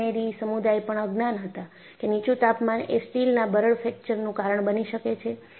ઇજનેરી સમુદાય પણ અજ્ઞાન હતા કે નીચુ તાપમાન એ સ્ટીલના બરડ ફ્રેક્ચરનું કારણ બની શકે છે